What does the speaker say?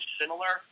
similar